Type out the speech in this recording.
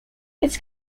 its